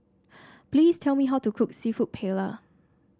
please tell me how to cook seafood Paella